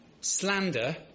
slander